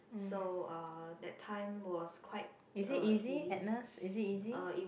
mm is it easy Agnes is it easy